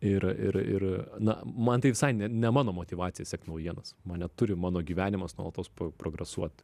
ir ir ir na man tai visai ne ne mano motyvacija sekt naujienas mane turi mano gyvenimas nuolatos pro progresuot